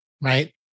Right